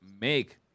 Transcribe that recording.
make